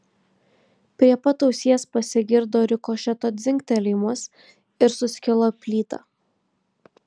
prie pat ausies pasigirdo rikošeto dzingtelėjimas ir suskilo plyta